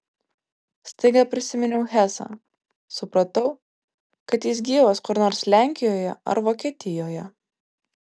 staiga prisiminiau hesą supratau kad jis gyvas kur nors lenkijoje ar vokietijoje